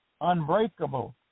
unbreakable